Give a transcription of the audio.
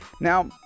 Now